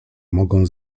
mogą